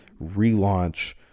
relaunch